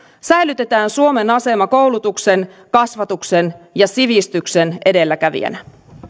säilytetään suomen asema koulutuksen kasvatuksen ja sivistyksen edelläkävijänä